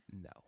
No